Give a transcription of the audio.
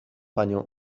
panią